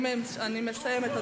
אני מסיימת.